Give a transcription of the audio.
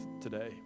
today